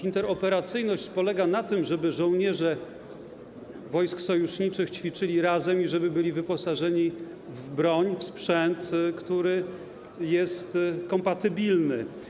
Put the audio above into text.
Interoperacyjność polega na tym, żeby żołnierze wojsk sojuszniczych ćwiczyli razem i żeby byli oni wyposażeni w broń, w sprzęt, który jest kompatybilny.